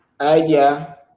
idea